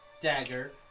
dagger